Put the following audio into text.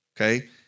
Okay